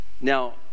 Now